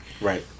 right